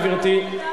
גברתי,